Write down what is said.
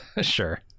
sure